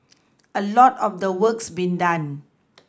a lot of the work's been done